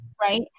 right